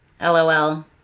LOL